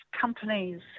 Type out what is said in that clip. companies